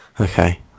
Okay